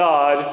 God